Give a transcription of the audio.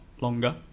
longer